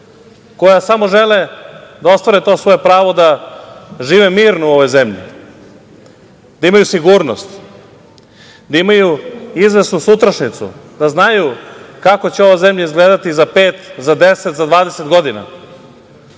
koja samo žele da ostvare to svoje pravo da žive mirno u ovoj zemlji, da imaju sigurnost, da imaju izvesnu sutrašnjicu, da znaju kako će ova zemlja izgledati za pet, 10, 20 godina